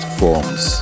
forms